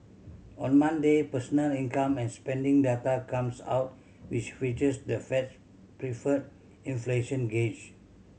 on Monday personal income and spending data comes out which features the Fed's preferred inflation gauge